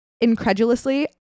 incredulously